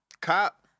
Cop